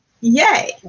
Yay